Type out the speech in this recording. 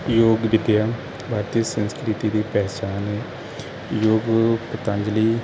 ਯੋਗ ਭਾਰਤੀ ਸੰਸਕ੍ਰਿਤੀ ਦੀ ਪਹਿਚਾਨ ਯੋਗ ਗੁਰੂ ਪਤੰਜਲੀ